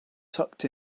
tucked